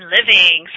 Living